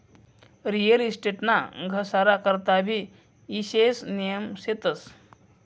real estate ना घसारा करता भी ईशेष नियम शेतस